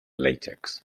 latex